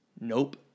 Nope